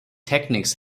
techniques